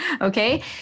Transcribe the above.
okay